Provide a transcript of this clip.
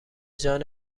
جان